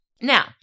Now